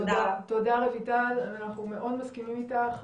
תודה, רויטל, אנחנו מאוד מסכימים איתך.